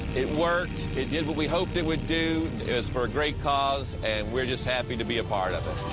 it works. it did what we hoped it would do. it was for a great cause. and we're just happy to be a part of it.